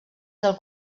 del